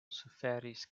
suferis